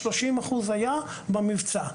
30% היה במבצע.